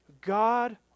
God